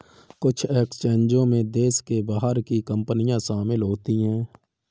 कुछ एक्सचेंजों में देश के बाहर की कंपनियां शामिल होती हैं